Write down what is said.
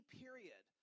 period